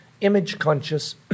image-conscious